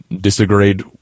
disagreed